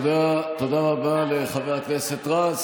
תודה רבה לחבר הכנסת רז.